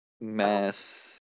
mass